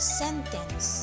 sentence